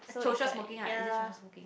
social smoking right is it social smoking